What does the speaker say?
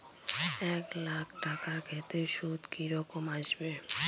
এক লাখ টাকার ক্ষেত্রে সুদ কি রকম আসবে?